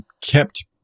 kept